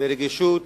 ולרגישות